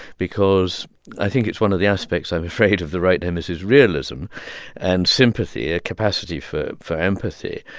because i think it's one of the aspects, i'm afraid, of the right hemisphere's realism and sympathy, a capacity for for empathy,